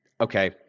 okay